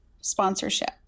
Sponsorship